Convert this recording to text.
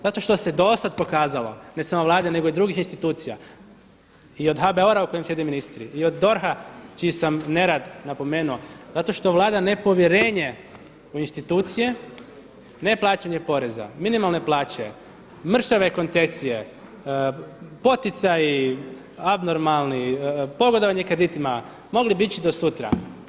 Zato što se do sada pokazalo, ne samo Vlade nego i drugih institucija i od HBOR-a u kojem sjede ministri i od DORH-a čiji sam nerad napomenuo zato što vlada nepovjerenje u institucije, neplaćanje poreza, minimalne plaće, mršave koncesije, poticaji abnormalni, pogodovanje kreditima, migli bi ići do sutra.